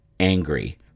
angry